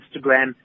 Instagram